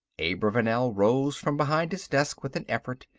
abravanel rose from behind his desk with an effort,